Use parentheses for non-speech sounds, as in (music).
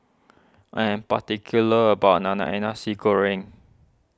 I am particular about (unintelligible) Nasi Goreng